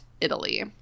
Italy